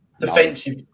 Defensive